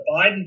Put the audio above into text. Biden